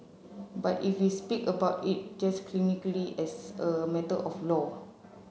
but if we speak about it just clinically as a matter of law